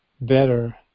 better